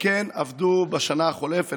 וכן עבדו בשנה החולפת,